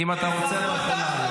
אם אתה רוצה אתה יכול לעלות.